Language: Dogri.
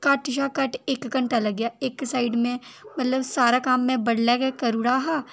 घट्ट शा घट्ट इक घैंटा लग्गेआ इक साइड में मतलब सारा कम्म में बड़लै गै करी ओड़ेआ हा